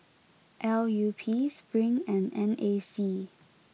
L U P Spring and N A C